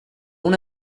una